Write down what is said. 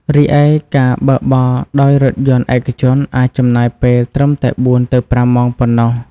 រីឯការបើកបរដោយរថយន្តឯកជនអាចចំណាយពេលត្រឹមតែ ៤ទៅ៥ ម៉ោងប៉ុណ្ណោះ។